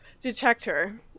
detector